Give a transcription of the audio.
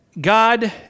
God